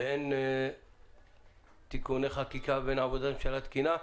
ואין תיקוני חקיקה ואין עבודת ממשלה תקינה,